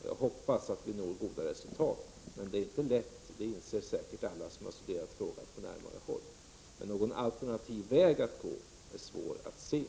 Jag hoppas att vi når goda resultat, men det är inte lätt. Det inser säkert alla som har studerat frågan på närmare håll. Någon alternativ väg att gå är svår att se.